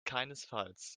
keinesfalls